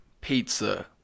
pizza